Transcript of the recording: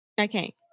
Okay